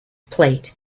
plate